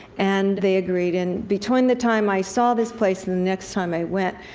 and they agreed, and between the time i saw this place and the next time i went,